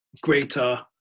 greater